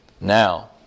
Now